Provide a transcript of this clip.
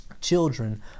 Children